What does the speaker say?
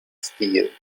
stil